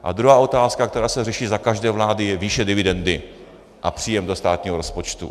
A druhá otázka, která se řeší za každé vlády, je výše dividendy a příjem do státního rozpočtu.